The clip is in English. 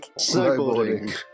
Snowboarding